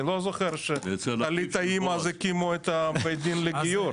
אני לא זוכר שהליטאים אז הקימו את בית הדין לגיור.